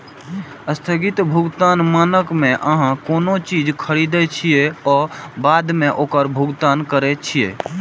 स्थगित भुगतान मानक मे अहां कोनो चीज खरीदै छियै आ बाद मे ओकर भुगतान करै छियै